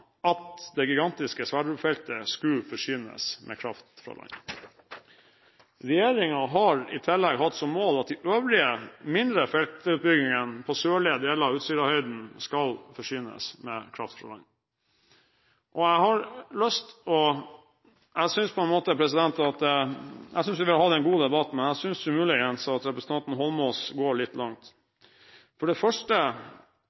at det gigantiske Sverdrup-feltet skulle forsynes med kraft fra land. Regjeringen har i tillegg hatt som mål at de øvrige, mindre feltutbyggingene på sørlige deler av Utsirahøyden skal forsynes med kraft fra land. Jeg synes vi har hatt en god debatt, men jeg synes muligens at representanten Eidsvoll Holmås går litt